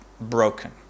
broken